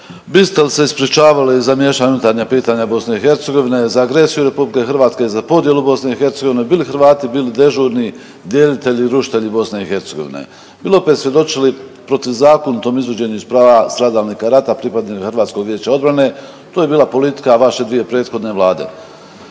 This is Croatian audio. biste li se ispričavali za miješanje u unutarnja pitanja BIH, za agresiju RH, za podjelu BIH, bi li Hrvati bili dežurni djelitelji i rušitelji BIH. Bi li opet svjedočili protuzakonitom izvođenju iz prava stradalnika rata pripadnika Hrvatskog vijeća obrane. To je bila politika vaše dvije prethodne Vlade.